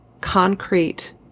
concrete